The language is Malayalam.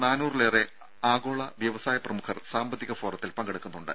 നാനൂറിലേറെ ആഗോള വ്യവസായ പ്രമുഖർ സാമ്പത്തിക ഫോറത്തിൽ പങ്കെടുക്കുന്നുണ്ട്